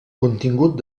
contingut